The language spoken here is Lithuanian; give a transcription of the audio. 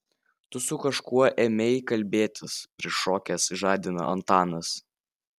tu su kažkuo ėmei kalbėtis prišokęs žadina antanas